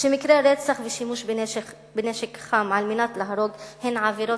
שמקרי רצח ושימוש בנשק חם על מנת להרוג הם עבירות